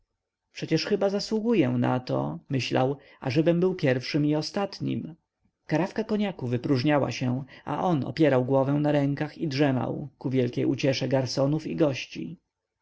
przecież chyba zasługuję na to myślał ażebym był pierwszym i ostatnim karafka koniaku wypróżniała się a on opierał głowę na rękach i drzemał ku wielkiej uciesze garsonów i gości